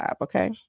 okay